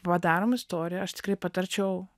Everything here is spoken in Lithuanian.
padarom istoriją aš tikrai patarčiau